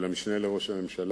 של המשנה לראש הממשלה,